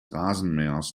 rasenmähers